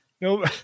No